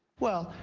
well,